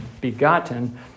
begotten